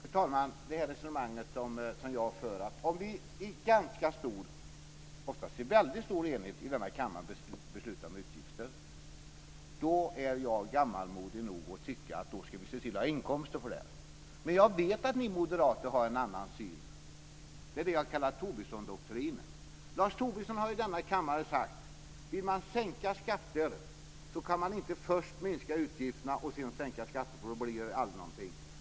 Fru talman! Mitt resonemang är att även om vi i ganska stor - oftast i väldigt stor - enighet i denna kammare beslutar om utgifter är jag gammalmodig nog att tycka att vi ska se till att vi har inkomster för att göra det. Jag vet att ni moderater har en annan syn Lars Tobisson har nämligen i denna kammare sagt att vill man sänka skatter kan man inte först minska utgifterna och sedan sänka skatterna, för då blir det aldrig någonting.